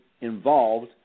involved